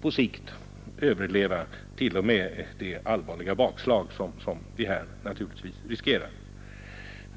På sikt skulle därför t.o.m. det allvarliga bakslag som vi här riskerar sannolikt övervinnas.